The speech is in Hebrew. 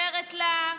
חוזרת לה,